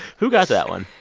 who got that one?